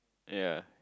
ya